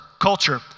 culture